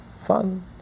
fun